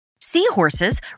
Seahorses